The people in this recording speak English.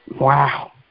Wow